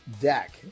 deck